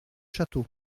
château